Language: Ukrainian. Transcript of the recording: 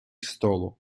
столу